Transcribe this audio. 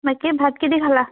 বাকী ভাত কিদি খালা